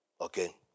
okay